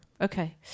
Okay